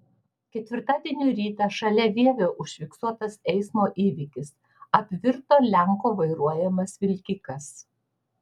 ketvirtadienio rytą šalia vievio užfiksuotas eismo įvykis apvirto lenko vairuojamas vilkikas